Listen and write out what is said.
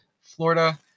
Florida